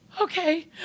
okay